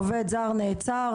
עובד זר נעצר.